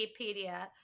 Wikipedia